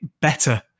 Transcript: better